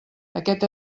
aquest